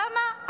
למה,